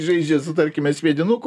žaidžia su tarkime sviedinuku